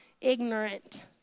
ignorant